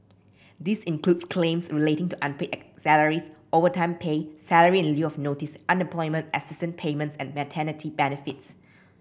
this includes claims relating to unpaid salaries overtime pay salary in lieu of notice employment assistance payments and maternity benefits